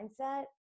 mindset